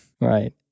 Right